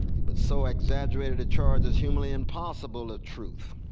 but so exaggerated a charge is humanly impossible of truth.